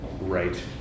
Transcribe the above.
right